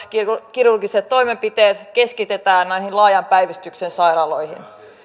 kirurgiset toimenpiteet keskitetään laajan päivystyksen sairaaloihin